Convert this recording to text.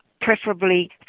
preferably